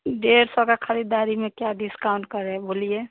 डेढ़ सौ का खरीददारी में क्या डिस्काउंट करें बोलिए